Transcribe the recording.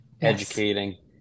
educating